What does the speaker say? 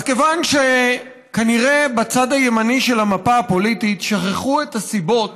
אז כיוון שכנראה בצד הימני של המפה הפוליטית שכחו את הסיבות